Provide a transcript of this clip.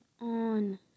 on